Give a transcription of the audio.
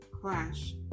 clash